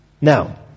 Now